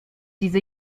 diese